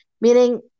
Meaning